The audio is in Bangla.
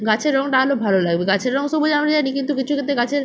গাছের রংটা আরো ভালো লাগবে গাছের রং সবুজ আমরা জানি কিন্তু কিছু ক্ষেত্রে গাছের